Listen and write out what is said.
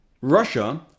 Russia